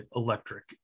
electric